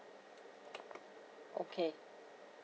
okay